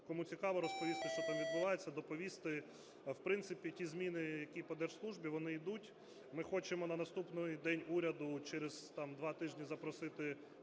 кому цікаво, розповісти, що там відбувається, доповісти. В принципі, ті зміни, які по держслужбі, вони йдуть, ми хочемо на наступний "день уряду" через там два тижні запросити